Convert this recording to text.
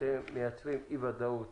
אתם מייצרים אי ודאות